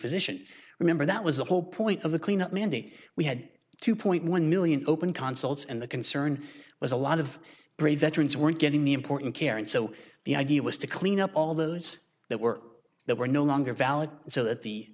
physician remember that was the whole point of the clean up mandate we had two point one million open consulates and the concern was a lot of gray veterans weren't getting the important care and so the idea was to clean up all those that were that were no longer valid so that the